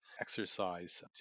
exercise